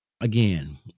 again